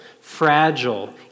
fragile